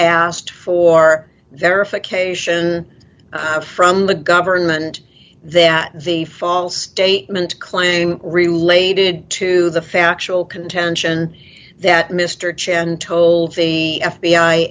asked for verification from the government that the false statement claim related to the factual contention that mr chen told the f